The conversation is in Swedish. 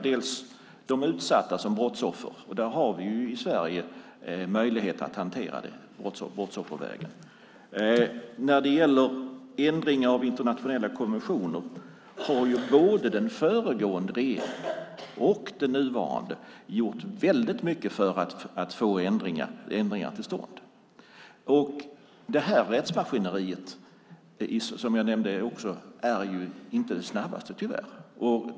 De utsatta som brottsoffer är den ena. Där har vi möjlighet i Sverige att hantera det brottsoffervägen. När det så gäller ändringar i internationella konventioner har både den föregående regeringen och den nuvarande gjort väldigt mycket för att få ändringar till stånd. Det här rättsmaskineriet är tyvärr inte, som jag nämnde, det snabbaste.